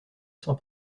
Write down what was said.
sans